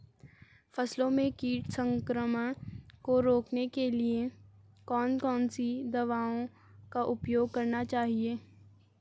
फसलों में कीट संक्रमण को रोकने के लिए कौन कौन सी दवाओं का उपयोग करना चाहिए?